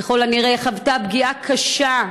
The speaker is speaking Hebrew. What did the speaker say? ככל הנראה חוותה פגיעה קשה,